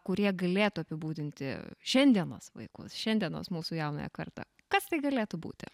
kurie galėtų apibūdinti šiandienos vaikus šiandienos mūsų jaunąją kartą kas tai galėtų būti